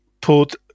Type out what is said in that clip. put